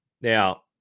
Now